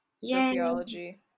sociology